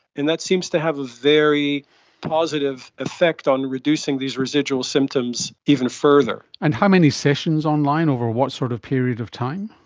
and that seems to have a very positive effect on reducing these residual symptoms even further. and how many sessions online over what sort of period of time?